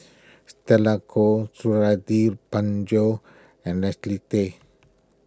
Stella Kon Suradi Parjo and Leslie Tay